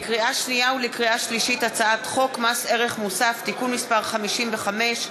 לקריאה שנייה ולקריאה שלישית: הצעת חוק מס ערך מוסף (תיקון מס' 55),